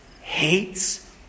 hates